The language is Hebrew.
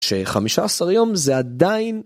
שחמישה עשר יום זה עדיין...